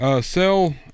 Sell